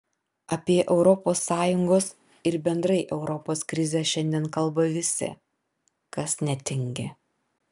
apie europos sąjungos ir bendrai europos krizę šiandien kalba visi kas netingi